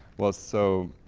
well so,